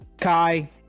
kai